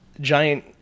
giant